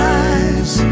eyes